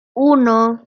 uno